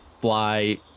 fly